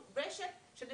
גם